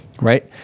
Right